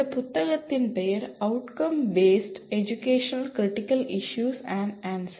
இந்த புத்தகத்தின் பெயர் Outcome Based Education Critical Issues and Answers